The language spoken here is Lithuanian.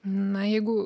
na jeigu